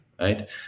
right